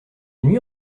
nuit